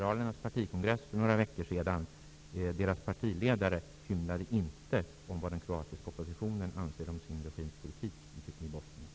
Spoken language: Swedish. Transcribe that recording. Herr talman! Jag hade tillfälle att vara på de kroatiska socialliberalernas partikongress för några veckor sedan. Deras partiledare hymlade inte om vad den kroatiska oppositionen anser om sin regims politik i Bosnien.